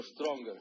stronger